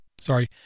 sorry